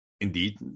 indeed